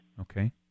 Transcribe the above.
Okay